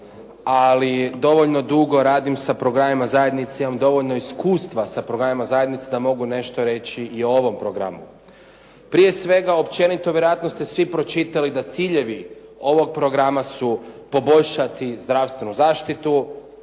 ali dovoljno dugo radim sa programima zajednice, imam dovoljno iskustva sa programima zajednice da mogu nešto reći i o ovom programu. Prije svega općenito vjerojatno ste svi pročitali da ciljevi ovog programa su poboljšati zdravstvenu zaštitu,